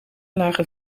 lagen